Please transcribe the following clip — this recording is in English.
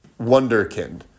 wonderkind